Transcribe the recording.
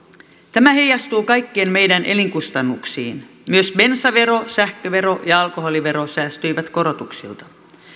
tämä heijastuu kaikkien meidän elinkustannuksiin myös bensavero sähkövero ja alkoholivero säästyivät korotuksilta